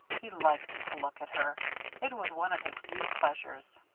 he liked to look at her it was one of his few pleasures.